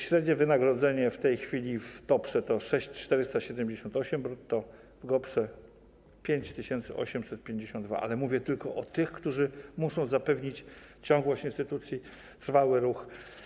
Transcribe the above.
Średnie wynagrodzenie obecnie w TOPR-ze to 6478 zł brutto, a w GOPR-ze 5852 zł, ale mówię tylko o tych, którzy muszą zapewnić ciągłość instytucji, trwały ruch.